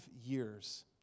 years